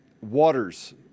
Waters